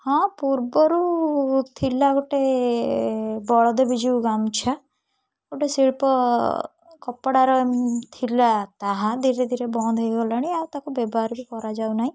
ହଁ ପୂର୍ବରୁ ଥିଲା ଗୋଟେ ବଳଦେବଜିଉ ଗାମୁଛା ଗୋଟେ ଶିଳ୍ପ କପଡ଼ାର ଥିଲା ତାହା ଧୀରେ ଧୀରେ ବନ୍ଦ ହେଇଗଲାଣି ଆଉ ତାକୁ ବ୍ୟବହାର ବି କରାଯାଉ ନାହିଁ